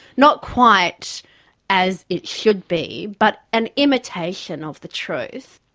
not quite as it should be, but an imitation of the truth.